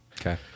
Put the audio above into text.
Okay